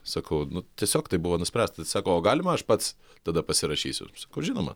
sakau nu tiesiog taip buvo nuspręsta sako o galima aš pats tada pasirašysiu sakau žinoma